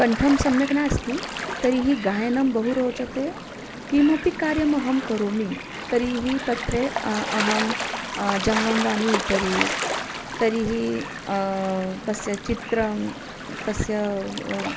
कण्ठं सम्यक् नास्ति तर्हि गायनं बहु रोचते किमपि कार्यमहं करोमि तर्हि तत्र अहं जङ्गमवाणेः उपरि तर्हि तस्य चित्रं तस्य